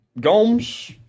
Gomes